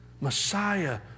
Messiah